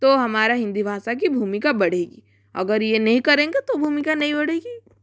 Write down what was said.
तो हमारा हिन्दी भाषा की भूमिका बढ़ेगी अगर ये नहीं करेंगे तो भूमिका नहीं बढ़ेगी